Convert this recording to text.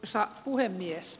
arvoisa puhemies